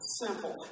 simple